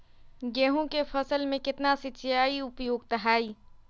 गेंहू के फसल में केतना सिंचाई उपयुक्त हाइ?